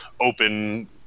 open